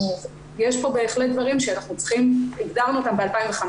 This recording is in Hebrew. יש פה בהחלט דברים שהגדרנו אותם ב-2015,